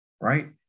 right